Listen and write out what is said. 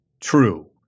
true